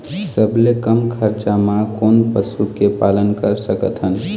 सबले कम खरचा मा कोन पशु के पालन कर सकथन?